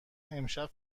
امشب